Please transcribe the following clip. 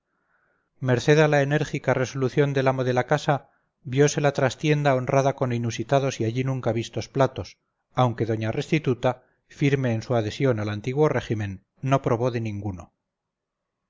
a la enérgica resolución del amo de la casa viosela trastienda honrada con inusitados y allí nunca vistos platos aunque doña restituta firme en su adhesión al antiguo régimen no probó de ninguno